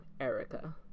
Erica